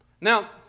Now